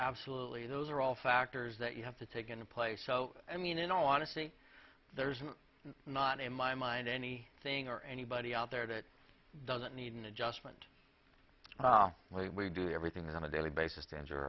absolutely those are all factors that you have to take into play so i mean in all honesty there's not a my mind any thing or anybody out there that doesn't need an adjustment when we do everything on a daily basis to